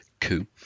coup